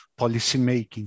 policymaking